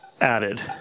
added